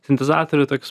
sintezatorių toks